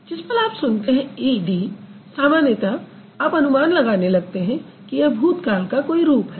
जिस पल आप सुनते हैं ईडी समान्यतः आप अनुमान लगाने लगते हैं कि यह भूत काल का कोई रूप है